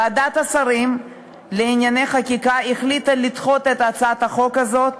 ועדת השרים לענייני חקיקה החליטה לדחות את הצעת החוק הזאת.